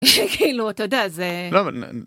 כאילו אתה יודע זה...